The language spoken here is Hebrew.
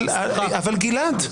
אבל, גלעד.